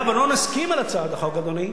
היה ולא נסכים על הצעת החוק, אדוני,